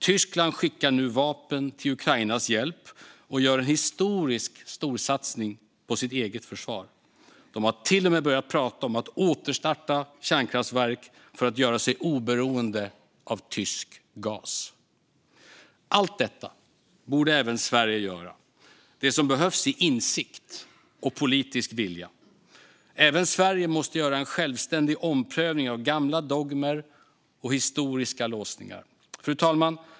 Tyskland skickar nu vapen till Ukrainas hjälp och gör en historiskt stor satsning på sitt eget försvar. De har till och med börjat prata om att återstarta kärnkraftverk för att göra sig oberoende av tysk gas. Allt detta borde även Sverige göra. Det som behövs är insikt och politisk vilja. Även Sverige måste göra en självständig omprövning av gamla dogmer och historiska låsningar. Fru talman!